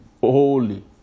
holy